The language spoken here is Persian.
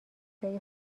جای